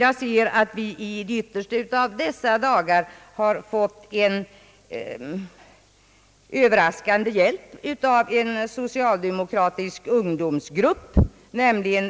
I de yttersta av dessa dagar har vi fått överraskande hjälp från en socialdemokratisk grupp, Unga örnar.